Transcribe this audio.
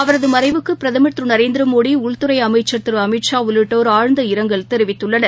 அவரதமறைவுக்குபிரதமா் திருநரேந்திரமோடி உள்துறைஅமைச்சா் திருஅமித்ஷா உள்ளிட்டோா் ஆழ்ந்த இரங்கல் தெரிவித்துள்ளனர்